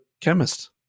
chemist